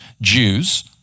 Jews